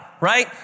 right